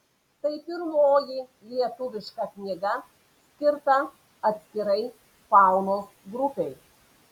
tai pirmoji lietuviška knyga skirta atskirai faunos grupei